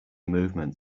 movement